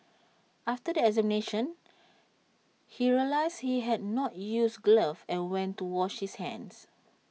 after the examination he realised he had not used gloves and went to wash his hands